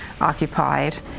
occupied